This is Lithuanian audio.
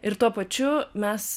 ir tuo pačiu mes